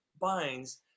binds